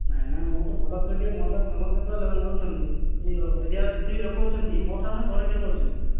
ନାଇଁ ନାଇଁ ମୁଁ ତ ଭଲ କ୍ଷୀର ଦିଏ ମୋ ଠାରୁ ତ ସମସ୍ତେ ତ ଲେ ନେଉଛନ୍ତି ଏହି ଏରିଆ ର ଯେତିକି ଲୋକ ଅଛନ୍ତି ମୋ ଠାରୁ ହିଁ ଭଲ କ୍ଷୀର ନେଉଛନ୍ତି